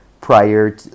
prior